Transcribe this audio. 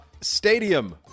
Stadium